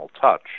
touch